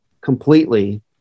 completely